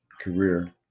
career